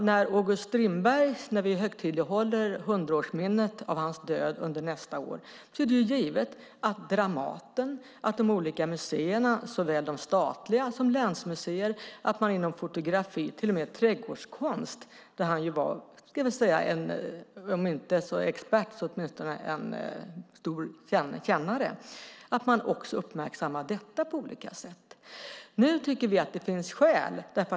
När vi högtidlighåller 100-årsminnet av August Strindbergs död under nästa år är det givet att Dramaten och de olika museerna, såväl de statliga museerna som länsmuseerna, uppmärksammar detta på olika sätt. Det handlar även inom fotografi och till och med inom trädgårdskonst där Strindberg ju var om inte expert så åtminstone en stor kännare.